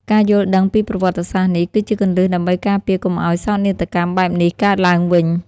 ការយល់ដឹងពីប្រវត្តិសាស្ត្រនេះ គឺជាគន្លឹះដើម្បីការពារកុំឱ្យសោកនាដកម្មបែបនេះកើតឡើងវិញ។